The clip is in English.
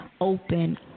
open